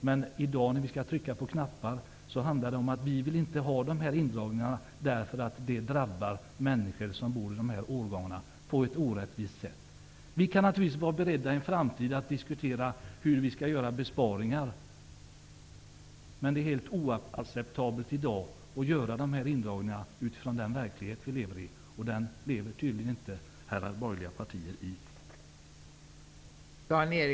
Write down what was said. Men i dag när vi skall trycka på knappar handlar det om att vi inte vill ha de här indragningarna. De drabbar människor som bor bor i fastigheter av de här årgångarna på ett orättvist sätt. Vi kan naturligtvis i en framtid vara beredda att diskutera hur vi skall göra besparingar, men det är helt oacceptabelt att i dag göra indragningar utifrån den verklighet vi lever i. Den verkligheten lever tydligen inte alla borgerliga partier i.